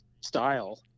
style